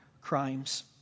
crimes